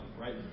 right